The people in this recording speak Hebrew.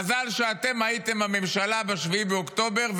מזל שאתם הייתם הממשלה ב-7 באוקטובר,